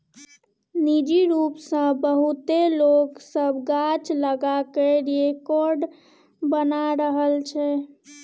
निजी रूप सँ बहुते लोक सब गाछ लगा कय रेकार्ड बना रहल छै